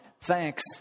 Thanks